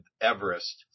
Everest